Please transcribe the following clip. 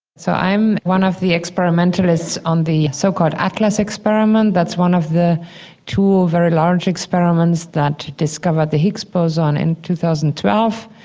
so i'm one of the experimentalists on the so called atlas experiment. that's one of the two very large experiments that discover the higgs boson in two thousand and twelve.